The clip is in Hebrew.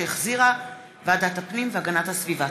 שהחזירה ועדת הפנים והגנת הסביבה.